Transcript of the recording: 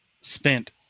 spent